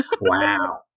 Wow